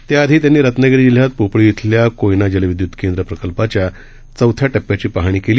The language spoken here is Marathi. त्याआधीत्यांनी रत्नागिरी जिल्ह्यातपोफळीइथल्याकोयनाजलविद्य्तकेंद्रप्रकल्पाचाचौथ्याटप्प्याचीपाहणीकेली